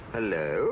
Hello